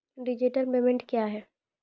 Digital payment क्या हैं?